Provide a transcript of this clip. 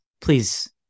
please